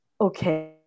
Okay